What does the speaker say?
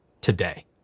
today